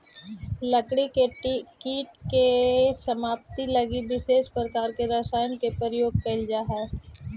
लकड़ी के कीट के समाप्ति लगी विशेष प्रकार के रसायन के प्रयोग कैल जा हइ